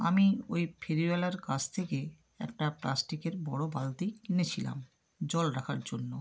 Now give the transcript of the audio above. আমি ওই ফেরিওয়ালার কাছ থেকে একটা প্লাস্টিকের বড়ো বালতি কিনেছিলাম জল রাখার জন্য